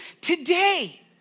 today